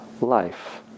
life